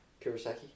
Kurosaki